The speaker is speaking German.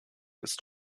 ist